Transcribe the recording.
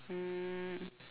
um